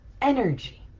energy